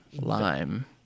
Lime